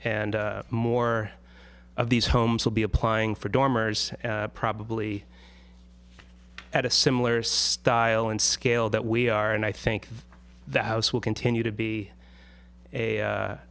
and more of these homes will be applying for dormers probably at a similar style and scale that we are and i think the house will continue to be a